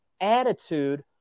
attitude